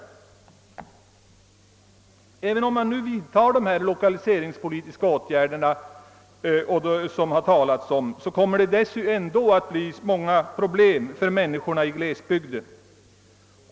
Men även om man vidtar de lokaliseringspolitiska åtgärder jag här helt flyktigt talat om, kommer det ändå att återstå många problem för människorna i glesbygden.